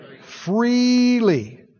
Freely